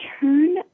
turn